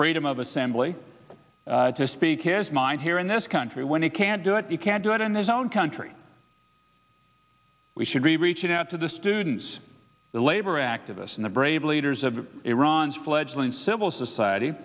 freedom of assembly to speak his mind here in this country when he can't do it he can't do it in their own country we should be reaching out to the students the labor activists and the brave leaders of iran fledgling civil